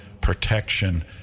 protection